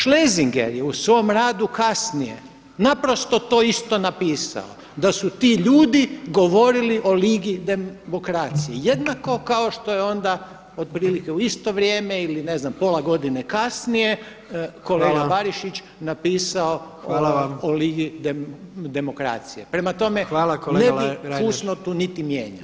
Schlesinger je u svom radu kasnije naprosto to isto napisao da su ti ljudi govorili o ligi demokracije, jednako kao što je ona otprilike u isto vrijeme ili ne znam, pola godine kasnije kolega Barišić napisao o ligi demokracije [[Upadica Jandroković: Hvala.]] prema tome ne [[Upadica Jandroković: Hvala kolega Reiner.]] fusnotu niti mijenjao.